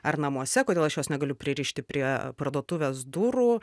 ar namuose kodėl aš jos negaliu pririšti prie parduotuvės durų